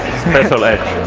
special edge.